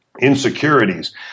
insecurities